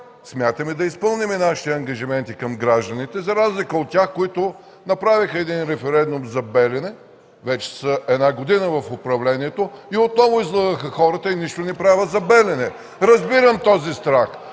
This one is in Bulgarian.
смятаме да изпълним нашите ангажименти към гражданите, за разлика от тях, които направиха референдум за „Белене”, вече една са година в управлението, отново излъгаха хората и нищо не правят за „Белене”. (Шум и